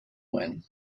one